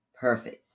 perfect